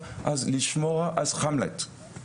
כמו לשמוע את המלט,